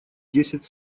десять